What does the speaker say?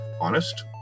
honest